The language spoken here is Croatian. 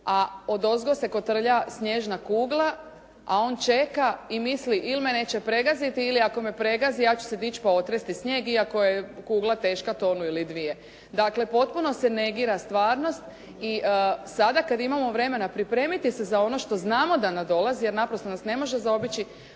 a odozgo se kotrlja snježna kugla, a on čeka i misli ili me neće pregaziti ili ako me pregazi ja ću se dići pa otresti snijeg, iako je kugla teška tonu ili dvije. Dakle, potpuno se negira stvarnost i sada kad imamo vremena pripremiti se za ono što znamo da nadolazi, jer naprosto nas ne može zaobići,